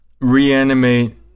reanimate